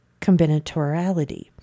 combinatoriality